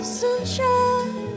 sunshine